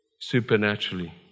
Supernaturally